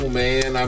man